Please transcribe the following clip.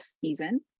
season